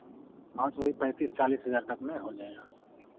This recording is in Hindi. हाँ तो वही पैंतीस चालीस हज़ार तक में हो जाएगा